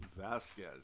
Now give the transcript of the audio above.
Vasquez